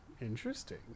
Interesting